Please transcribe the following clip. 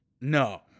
No